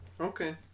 Okay